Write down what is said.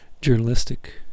journalistic